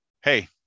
Hey